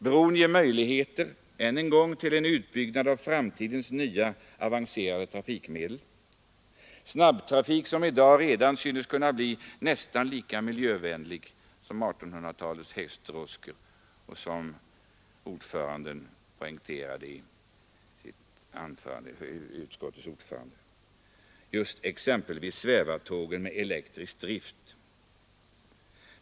Bron ger möjligheter, än en gång, till en utbyggnad av framtidens nya avancerade trafikmedel — snabbtrafik som i dag redan synes kunna bli nästan lika miljövänlig som 1800-talets hästdroskor och, som utskottets ordförande poängterade i sitt anförande, svävartåg med elektrisk drift.